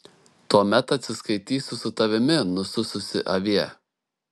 tuomet atsiskaitysiu su tavimi nusususi avie